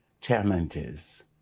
challenges